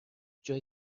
جای